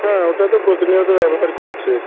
হ্যাঁ ওটা তো প্রতিনিয়ত ব্যবহার করছি